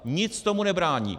Nic tomu nebrání.